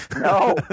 No